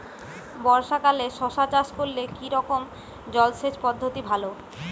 বর্ষাকালে শশা চাষ করলে কি রকম জলসেচ পদ্ধতি ভালো?